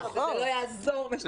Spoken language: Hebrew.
וזה לא יעזור מה שתגידי.